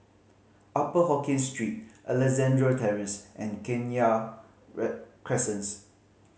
Upper Hokkien Street Alexandra Terrace and Kenya Crescents